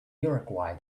uruguay